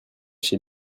chez